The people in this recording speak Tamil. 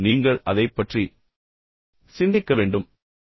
நீங்கள் அதைப் பற்றி சிந்திக்க வேண்டும் என்று நான் விரும்புகிறேன்